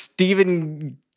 Stephen